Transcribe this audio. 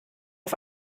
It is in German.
auf